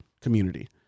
community